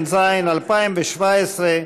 התשע"ז 2017,